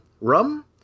rum